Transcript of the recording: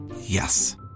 Yes